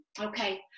Okay